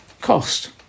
cost